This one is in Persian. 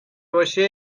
باشه